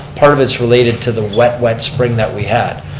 part of it's related to the wet, wet spring that we had.